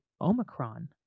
Omicron